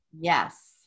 Yes